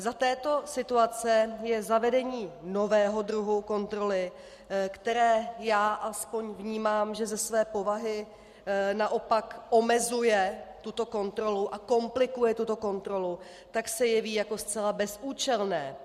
Za této situace se zavedení nového druhu kontroly, které já aspoň vnímám, že ze své povahy naopak omezuje tuto kontrolu a komplikuje tuto kontrolu, jeví jako zcela bezúčelné.